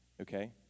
okay